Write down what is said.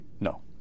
No